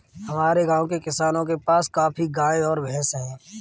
हमारे गाँव के किसानों के पास काफी गायें और भैंस है